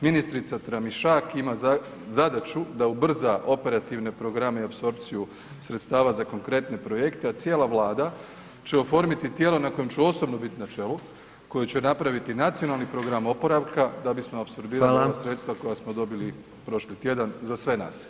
Ministrica Tramišak ima zadaću da ubrza operativne programe i apsorpciju sredstva za konkretne projekte, a cijela Vlada će oformiti tijelo na kojem ću osobno biti na čelu koji će napraviti nacionalni program oporavka da bismo apsorbirali ova sredstva koja smo dobili prošli tjedan za sve nas.